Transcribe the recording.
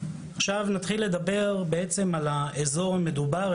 עכשיו נתחיל לדבר בעצם על האזור המדובר,